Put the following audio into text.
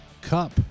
Cup